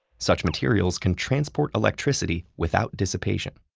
such materials can transport electricity without dissipation.